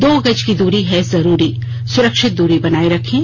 दो गज की दूरी है जरूरी सुरक्षित दूरी बनाए रखें